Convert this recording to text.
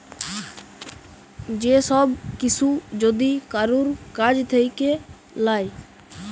যে সব কিসু যদি কারুর কাজ থাক্যে লায়